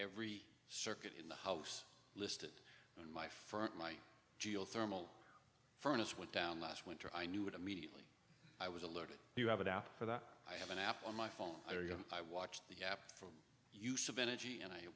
every circuit in the house listed in my first my geothermal furnace went down last winter i knew it immediately i was alerted you have an app for that i have an app on my phone i watched the app for use of energy and i